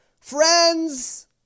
friends